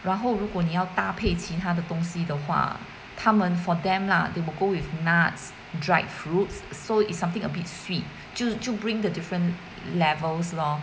然后如果你要搭配其他的东西的话他们 for them lah they will go with nuts dried fruits so it's something a bit sweet 就就 bring the different levels lor